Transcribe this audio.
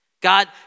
God